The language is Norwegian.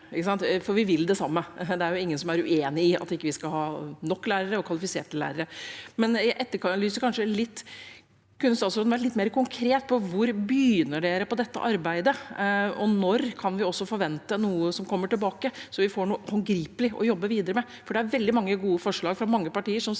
for vi vil det samme. Det er ingen som er uenig i at vi skal ha nok lærere og kvalifiserte lærere, men jeg etterlyser kanskje at statsråden kunne være litt mer konkret på hvor en begynner på dette arbeidet, og når vi kan forvente noe som kommer tilbake, så vi får noe håndgripelig å jobbe videre med. Det er veldig mange gode forslag fra mange partier som svirrer